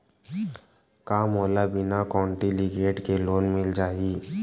का मोला बिना कौंटलीकेट के लोन मिल जाही?